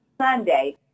Sunday